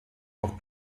auch